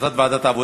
החלטת ועדת העבודה,